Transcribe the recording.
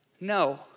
No